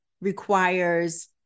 requires